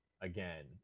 again